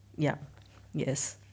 ya yes